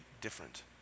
different